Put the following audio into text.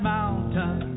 Mountain